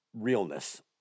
realness